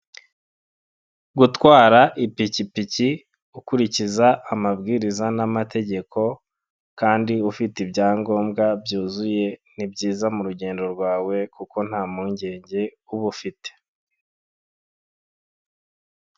Gutwara ipikipiki ukurikiza amabwiriza n'amategeko kandi ufite ibyangombwa byuzuye. Ni byiza mu rugendo rwawe kuko nta mpungenge uba ufite.